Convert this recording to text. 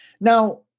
Now